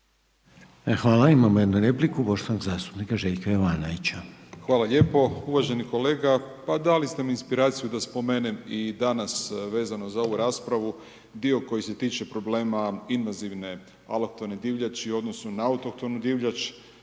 Hvala. Imamo jednu repliku poštovanog zastupnika Željka Jovanovića. **Jovanović, Željko (SDP)** Hvala lijepo. Uvaženi kolega, pa dali ste mi inspiraciju da spomenem i danas vezano za ovu raspravu dio koji se tiče problema invazivne alohtone divljači u odnosu na autohtonu divljač,